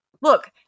Look